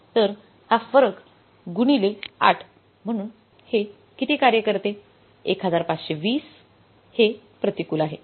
तर हा फरक गुणिले 8 म्हणून हे किती कार्य करते 1520 1520 आणि हे 1520 प्रतिकूल आहे